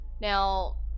Now